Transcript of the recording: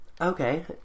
Okay